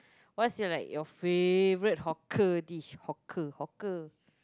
what's your like your favourite hawker dish hawker hawker